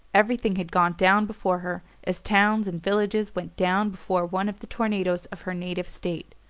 everything had gone down before her, as towns and villages went down before one of the tornadoes of her native state.